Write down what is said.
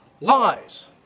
lies